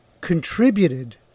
contributed